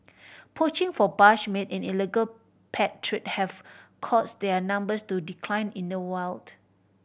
poaching for bush meat and illegal pet trade have caused their numbers to decline in the wild